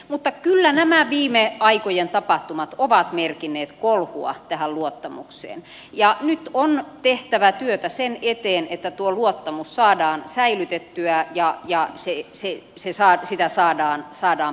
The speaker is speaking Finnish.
mutta kyllä nämä viime aikojen tapahtumat ovat merkinneet kolhua tähän luottamukseen ja nyt on tehtävä työtä sen eteen että tuo luottamus saadaan säilytettyä ja sitä saadaan parannettua